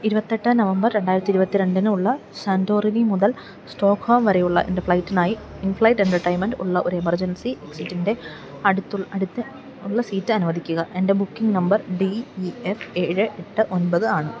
ഇരുപത്തിയെട്ട് നവംബർ രണ്ടായിരത്തി ഇരുപത്തിരണ്ടിനുള്ള സാൻ്റോറിനി മുതൽ സ്റ്റോക്ക്ഹോം വരെയുള്ള എൻ്റെ ഫ്ലൈറ്റിനായി ഇൻ ഫ്ളൈറ്റ് എൻ്റർട്ടെയിൻമെന്റ് ഉള്ള ഒരു എമർജൻസി എക്സിറ്റിൻ്റെ അടുത്തുള്ള സീറ്റ് അനുവദിക്കുക എൻ്റെ booking number D E F ഏഴ് എട്ട് ഒൻപത് ആണ്